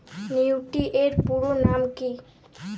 Nifty এর পুরোনাম কী?